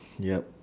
yup